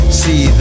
see